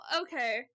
okay